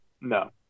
No